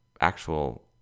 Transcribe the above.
actual